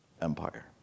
empire